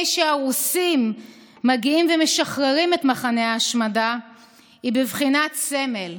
שהרוסים מגיעים ומשחררים את מחנה ההשמדה היא בבחינת סמל,